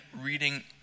reading